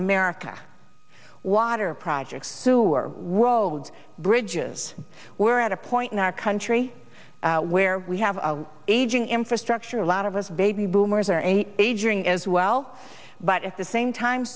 america watter projects sewer roads bridges we're at a point in our country where we have aging infrastructure a lot of us baby boomers are aging as well but at the same time